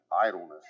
idleness